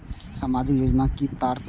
सामाजिक योजना के कि तात्पर्य?